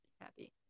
happy